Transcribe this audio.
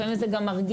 לפעמים זה גם מרגיז,